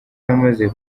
yamaze